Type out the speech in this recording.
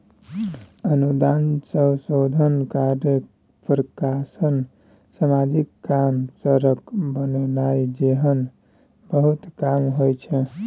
अनुदान सँ शोध कार्य, प्रकाशन, समाजिक काम, सड़क बनेनाइ जेहन बहुते काम होइ छै